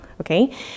Okay